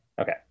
okay